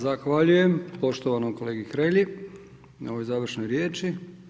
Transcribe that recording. Zahvaljujem poštovanom kolegi Hrelji na ovoj završnoj riječi.